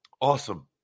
Awesome